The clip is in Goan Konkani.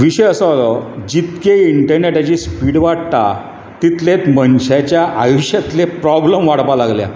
विशय असो जितके इन्टर्नेटाची स्पीड वाडटा तितलेंच मनशाच्या आयुश्यांतले प्रोब्लेम वाडपाक लागल्यात